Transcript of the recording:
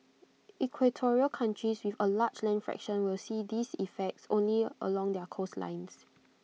equatorial countries with A large land fraction will see these effects only along their coastlines